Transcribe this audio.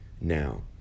Now